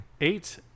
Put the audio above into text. Eight